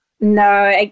No